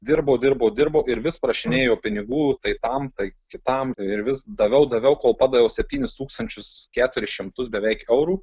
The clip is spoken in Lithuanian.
dirbo dirbo dirbo ir vis prašinėjo pinigų tai tam tai kitam ir vis daviau daviau kol padaviau septynis tūkstančius keturis šimtus beveik eurų